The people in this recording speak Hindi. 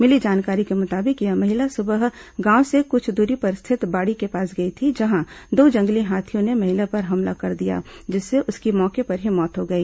मिली जानकारी के मुताबिक यह महिला सुबह गांव से कुछ दूरी पर स्थित बाड़ी के पास गई थी जहां दो जंगली हाथियों ने महिला पर हमला कर दिया जिससे उसकी मौके पर ही मौत हो गई